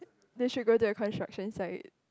they should go to a construction site